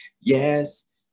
yes